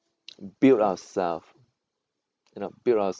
build ourself you know build our